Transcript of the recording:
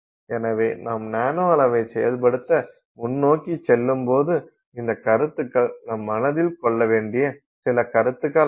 எனவே நாம் நானோ அளவைப் செயல்படுத்த முன்னோக்கிச் செல்லும்போது இந்த கருத்துக்கள் நாம் மனதில் கொள்ள வேண்டிய சில கருத்துக்களாகும்